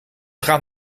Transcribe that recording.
gaat